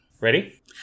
Ready